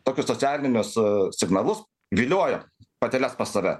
tokius socialinius signalus vilioja pateles pas save